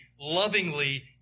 lovingly